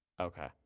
Okay